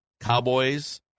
Cowboys